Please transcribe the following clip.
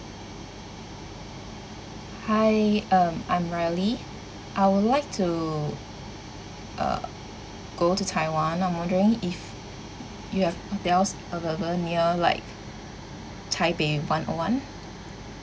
hi um I'm rally I would like to uh go to taiwan I'm wondering if you have hotels available near like taipei one O one